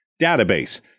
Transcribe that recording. Database